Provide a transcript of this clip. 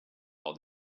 all